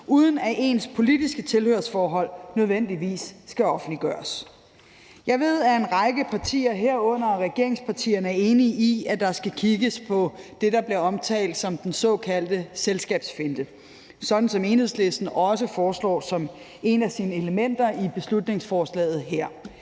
uden at ens politiske tilhørsforhold nødvendigvis skal offentliggøres. Jeg ved, at en række partier, herunder regeringspartierne, er enige i, at der skal kigges på det, der bliver omtalt som den såkaldte selskabsfinte, sådan som Enhedslisten også foreslår som et af sine elementer i beslutningsforslaget. Her